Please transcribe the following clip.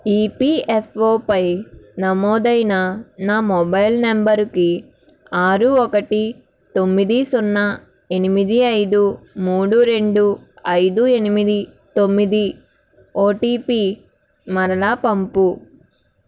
ఇపియఫ్ఓపై నమోదైన నా మొబైల్ నెంబరుకి ఆరు ఒకటి తొమ్మిది సున్నా ఎనిమిది ఐదు మూడు రెండు ఐదు ఎనిమిది తొమ్మిది ఓటీపి మరలా పంపు